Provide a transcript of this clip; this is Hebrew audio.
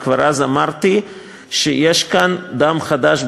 וכבר אז אמרתי שיש כאן דם חדש,